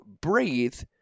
Breathe